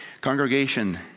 Congregation